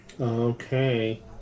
Okay